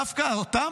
דווקא אותם,